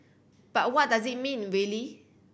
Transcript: but what does it mean really